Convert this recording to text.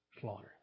slaughter